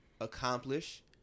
accomplish